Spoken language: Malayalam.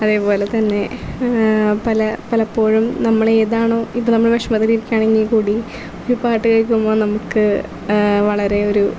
അതേപോലെ തന്നെ പല പലപ്പോഴും നമ്മൾ ഏതാണോ നമ്മൾ വിഷമത്തിൽ ഇരിക്കുകയാണെങ്കിൽ കൂടി ഒരു പാട്ട് കേൾക്കുമ്പോൾ നമുക്ക് വളരെ ഒരു